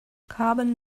carbon